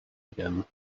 again